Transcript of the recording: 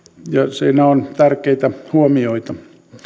siinä on tärkeitä huomioita